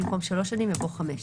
במקום "שלוש שנים" יבוא "חמש שנים".